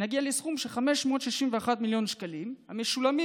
נגיע לסכום של 561 מיליון שקלים המשולמים